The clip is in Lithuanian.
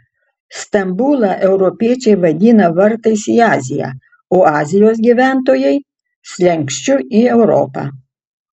stambulą europiečiai vadina vartais į aziją o azijos gyventojai slenksčiu į europą